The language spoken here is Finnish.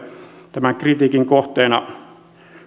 tämän kritiikin kohteena